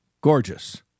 gorgeous